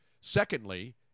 Secondly